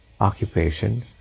occupation